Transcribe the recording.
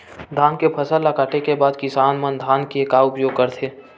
धान के फसल ला काटे के बाद किसान मन धान के का उपयोग करथे?